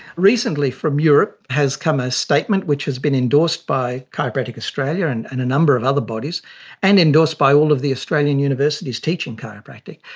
recently from europe has come a statement which has been endorsed by chiropractic australian and and a number of other bodies and endorsed by all of the australian universities teaching chiropractic,